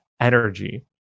energy